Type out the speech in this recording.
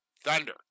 Thunder